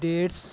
dates